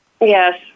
Yes